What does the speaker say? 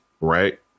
right